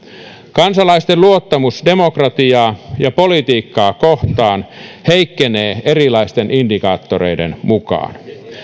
kansalaisten luottamus demokratiaa ja politiikkaa kohtaan heikkenee erilaisten indikaattoreiden mukaan